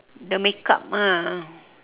the makeup ah